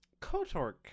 KOTOR